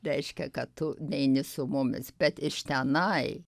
reiškia kad tu neini su mumis bet iš tenai